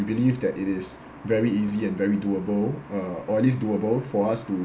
I believe that it is very easy and very doable uh or at least doable for us to